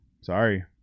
Sorry